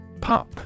Pup